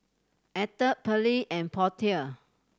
Atha Pearle and Portia